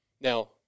Now